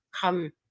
come